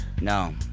No